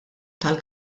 tal